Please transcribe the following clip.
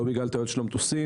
לא בגלל טעויות של המטוסים,